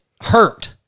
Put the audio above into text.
hurt